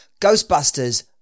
Ghostbusters